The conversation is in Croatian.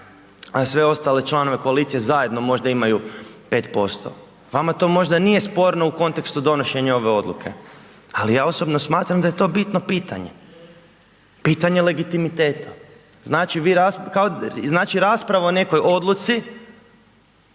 a sve ostale članove koalicije zajedno možda imaju 5%. Vama to možda nije sporno u kontekstu donošenja ove odluke, ali ja osobno smatram da je to bitno pitanje. Pitanje legitimiteta. Znači vi, kao, znači rasprava o nekoj odluci